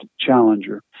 challenger